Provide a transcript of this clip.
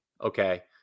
okay